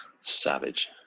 Savage